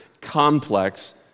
complex